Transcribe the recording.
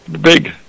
Big